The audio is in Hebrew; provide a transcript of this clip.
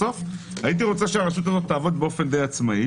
בסוף הייתי רוצה שהרשות הזאת תעבוד באופן די עצמאי,